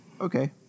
Okay